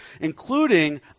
including